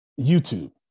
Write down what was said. YouTube